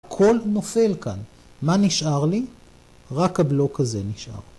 ‫הכול נופל כאן. מה נשאר לי? ‫רק הבלוק הזה נשאר.